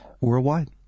worldwide